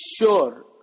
sure